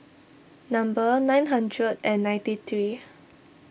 number nine hundred and ninety three